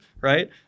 right